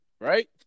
right